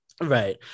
Right